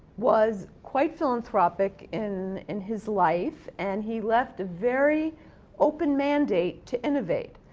was quite philanthropic in in his life and he left a very open mandate to innovate.